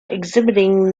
exhibiting